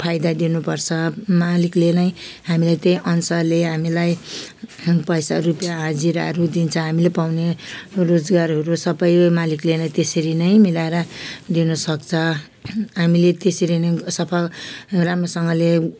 फाइदा दिनुपर्छ मालिकले नै हामीलाई त्यहीअनुसारले हामीलाई पैसा रुपियाँ हाजिराहरू दिन्छ हामीले पाउने रोजगारहरू सबै उयो मालिकले नै त्यसरी नै मिलाएर दिनसक्छ हामीले त्यसरी नै उयो सफा राम्रोसँगले